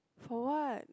for what